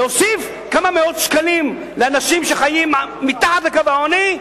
להוסיף כמה מאות שקלים לאנשים שחיים מתחת לקו העוני,